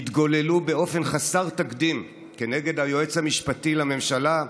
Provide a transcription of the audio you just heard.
התגוללו באופן חסר תקדים כנגד היועץ המשפטי לממשלה,